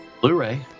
blu-ray